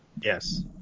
Yes